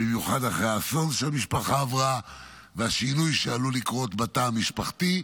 במיוחד אחרי האסון שהמשפחה עברה והשינוי שעלול לקרות בתא המשפחתי,